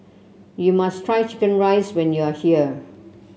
you must try chicken rice when you are here